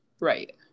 Right